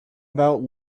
about